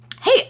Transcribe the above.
hey